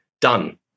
done